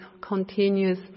continuous